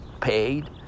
paid